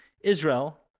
Israel